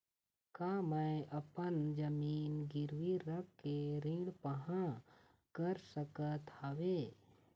का मैं अपन जमीन गिरवी रख के ऋण पाहां कर सकत हावे?